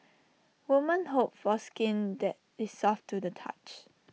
women hope for skin that is soft to the touch